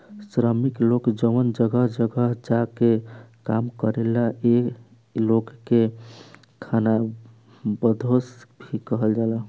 श्रमिक लोग जवन जगह जगह जा के काम करेलन ए लोग के खानाबदोस भी कहल जाला